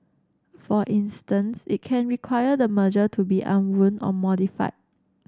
for instance it can require the merger to be unwound or modified